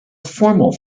formal